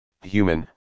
human